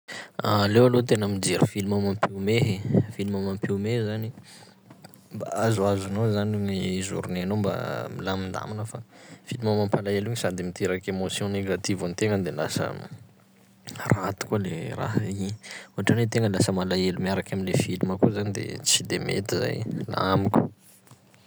Aleo aloha tena mijery filma mampihomehe, film mampihomehy zany mba azoazonao zany gny journée-nao mba milamindamina fa filma mampalahelo igny sady miteraky émotion négative an-tegna de lasa raty koa le raha i, ohatran'ny hoe tegna lasa malahelo miaraky am'le filma koa zany de tsy de mety zay, laha amiko.